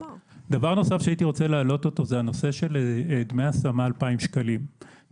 דבר נוסף שאני מבקש להעלות לדיון זה הנושא של 2,000 שקלים דמי השמה.